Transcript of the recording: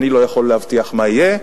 אני לא יכול להבטיח מה יהיה.